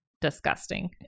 disgusting